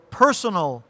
personal